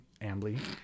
ambly